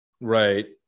Right